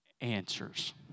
Answers